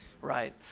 right